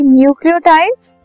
nucleotides